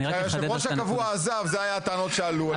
כשיושב הראש הקבוע עזב זה היה הטענות שעלו.